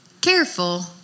careful